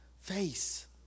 face